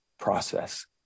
process